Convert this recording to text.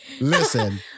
Listen